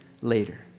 later